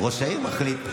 ראש העיר מחליט.